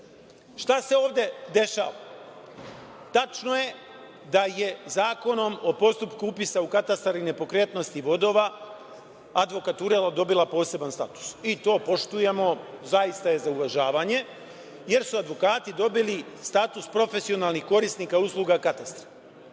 se ovde dešava? Tačno je da je Zakonom o postupku upisa u katastar nepokretnosti vodova, advokatura dobila poseban status. To poštujemo. Zaista je za uvažavanje jer su advokati dobili status profesionalnih korisnika usluga katastra.